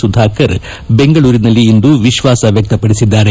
ಸುಧಾಕರ್ ಬೆಂಗಳೂರಿನಲ್ಲಿಂದು ವಿಶ್ವಾಸ ವ್ಯಕ್ತಪಡಿಸಿದ್ದಾರೆ